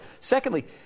secondly